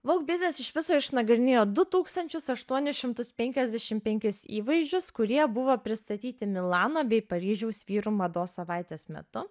vogue biznis iš viso išnagrinėjo du tūkstančius aštuonis šimtus penkiasdešim penkis įvaizdžius kurie buvo pristatyti milano bei paryžiaus vyrų mados savaitės metu